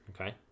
Okay